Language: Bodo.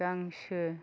गांसो